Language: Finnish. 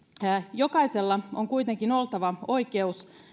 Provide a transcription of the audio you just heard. jokaisella on kuitenkin oltava oikeus